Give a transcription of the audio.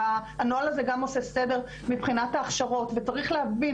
הנוהל הזה גם עושה סדר מבחינת ההכשרות וצריך להבין,